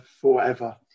forever